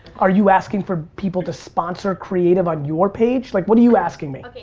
are you asking for people to sponsor creative on your page? like what are you asking me?